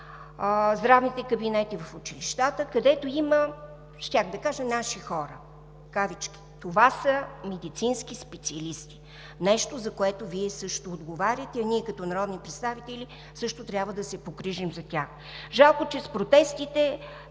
здравните кабинети в училищата, където има, щях да кажа, наши хора в кавички. Това са медицински специалисти – нещо, за което Вие също отговаряте, а ние – като народни представители, също трябва да се погрижим за тях. Жалко, че с протестите